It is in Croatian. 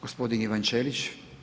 Gospodin Ivan Ćelić.